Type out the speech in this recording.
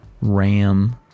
RAM